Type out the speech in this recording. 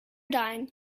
dime